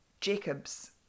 jacobs